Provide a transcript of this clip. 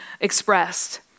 expressed